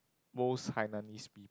most Hainanese peop~